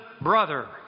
brother